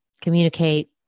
communicate